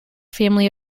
family